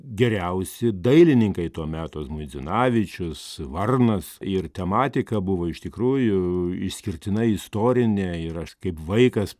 geriausi dailininkai to meto zmuidzinavičius varnas ir tematika buvo iš tikrųjų išskirtinai istorinė ir aš kaip vaikas